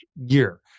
year